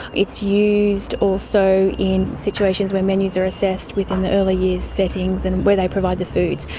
it's used also in situations where menus are assessed within the early years settings and where they provide the foods.